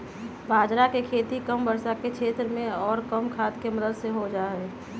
बाजरा के खेती कम वर्षा के क्षेत्र में और कम खाद के मदद से हो जाहई